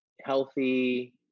healthy